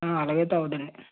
అలాగ అయితే ఒకటే రేట్